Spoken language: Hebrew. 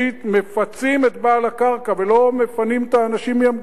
מפצים את בעל הקרקע ולא מפנים את האנשים מהמגורים.